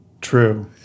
True